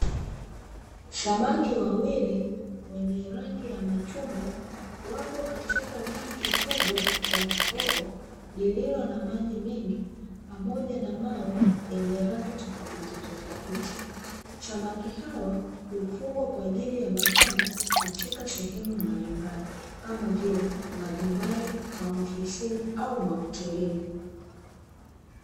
Samaki wawili wenye rangi ya machungwa, wapo katika tanki kubwa la kioo lililo na maji mengi, pamoja na mawe yenye rangi tofauti tofauti. Samaki hawa hufugwa kwa ajili ya mapambo katika sehemu mbalimbali, kama vile majumbani, maofisini au mahotelini.